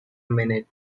minute